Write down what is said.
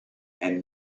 and